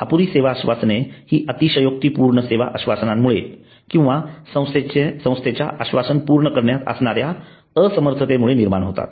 अपुरी सेवा आश्वासने हि अतिशयोक्तीपूर्ण सेवा आश्वासनामुळे किंवा संस्थेच्या आश्वासने पूर्ण करण्यात असणाऱ्या असमर्थतेमुळे निर्माण होतात